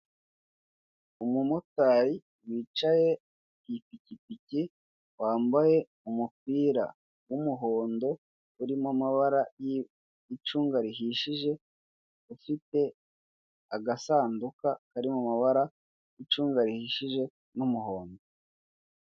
Umumotari wicaye ku ipikipiki, wambaye umupira w'umuhondo, urimo amabara y'icunga rihishije, ufite agasanduka kari mu mabara y'icunga rihishije, n'umuhondo.